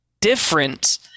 different